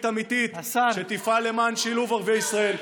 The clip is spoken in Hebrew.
אמיתית שתפעל למען שילוב ערביי ישראל.